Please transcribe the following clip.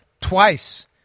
Twice